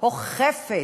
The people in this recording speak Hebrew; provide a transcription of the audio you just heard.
או חפץ,